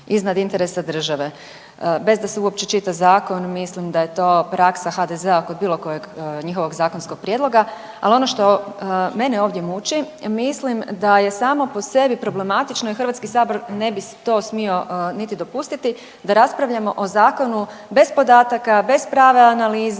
iznad interesa države bez da se uopće čita zakon. Mislim da je to praksa HDZ-a oko bilo kojeg njihovog zakonskog prijedloga, ali ono što mene ovdje muči, mislim da je samo po sebi problematično i Hrvatski sabor ne to smio niti dopustiti da raspravljamo o zakonu bez podataka, bez prave analize,